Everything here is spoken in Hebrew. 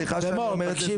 סליחה שאני אומר את זה,